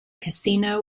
casino